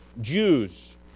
Jews